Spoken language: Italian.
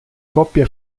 coppia